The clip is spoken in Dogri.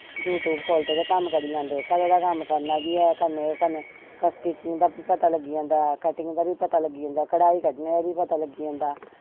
यूट्यूब खोह्लदे ते कम्म करी लेंदे घरा दा कम्म करना बी ऐ कन्नै स्टिचिंग दा बी पता लग्गी जंदा कटिंग दा बी पता लग्गी जंदा कढाई कड्ढने दा बी पता लग्गी जंदा